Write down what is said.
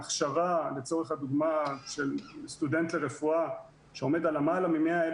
הכשרה לצורך הדוגמה של סטודנט לרפואה שעומדת על למעלה מ-100,000